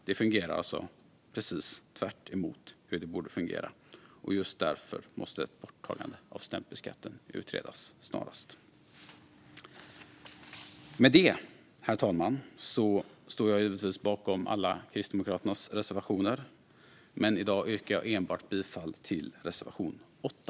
Det fungerar alltså precis tvärtemot hur det borde fungera. Just därför måste ett borttagande av stämpelskatten utredas snarast. Herr talman! Jag står givetvis bakom alla Kristdemokraternas reservationer, men i dag yrkar jag enbart bifall till reservation 8.